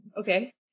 Okay